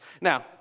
Now